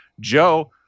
Joe